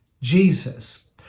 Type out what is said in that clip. Jesus